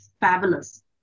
fabulous